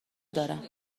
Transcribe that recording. دارم